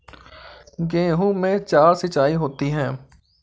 गेहूं में चार सिचाई होती हैं